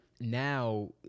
now